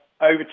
over